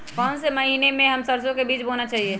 कौन से महीने में हम सरसो का बीज बोना चाहिए?